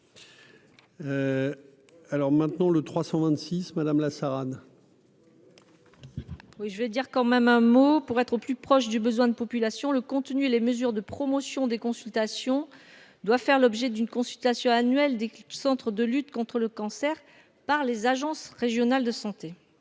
trois cent vingt-six madame la Sarah. Oui je dire quand même un mot pour être plus proche du besoin de population le contenu, les mesures de promotion des consultations doit faire l'objet d'une consultation annuelle des centres de lutte contre le cancer, par les agences régionales de santé.